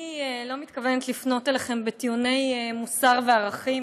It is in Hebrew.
אני לא מתכוונת לפנות אליכם בטיעוני מוסר וערכים,